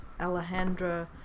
Alejandra